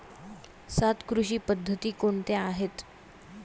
सात कृषी पद्धती कोणत्या आहेत?